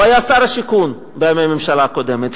הוא היה שר השיכון בימי הממשלה הקודמת,